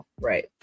right